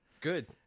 Good